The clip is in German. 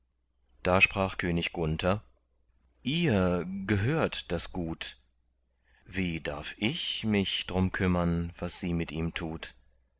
da sprach könig gunther ihr gehört das gut wie darf ich mich drum kümmern was sie mit ihm tut